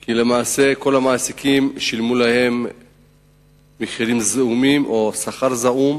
כי למעשה כל המעסיקים שילמו להם מחירים זעומים או שכר זעום,